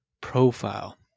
profile